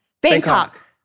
Bangkok